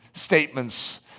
statements